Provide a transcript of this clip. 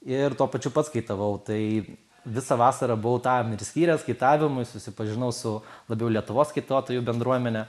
ir tuo pačiu pats kaitavau tai visą vasarą buvau tam ir skyręs kaitavimui susipažinau su labiau lietuvos kaituotojų bendruomene